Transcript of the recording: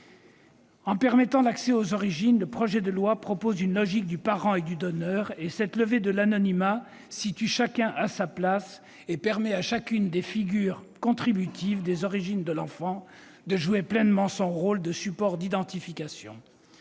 En permettant l'accès aux origines, ce projet de loi recourt à une logique du parent et du donneur. La levée de l'anonymat situe chacun à sa place et permet à chacun des contributeurs aux origines de l'enfant de jouer pleinement son rôle de support d'identification.